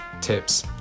tips